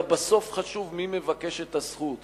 אלא בסוף חשוב מי מבקש את הזכות.